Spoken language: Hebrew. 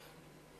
שנה.